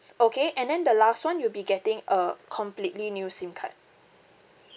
okay and then the last one you'll be getting a completely new SIM card